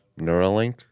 Neuralink